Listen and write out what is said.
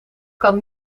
kan